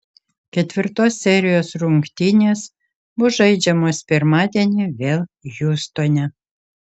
ketvirtos serijos rungtynės bus žaidžiamos pirmadienį vėl hjustone